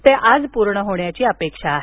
ते आज पूर्ण होण्याची अपेक्षा आहे